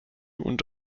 und